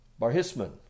Barhisman